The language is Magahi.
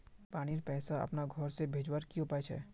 पानीर पैसा अपना घोर से भेजवार की उपाय छे?